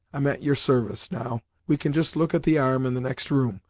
i'm at your service, now we can just look at the arm in the next room,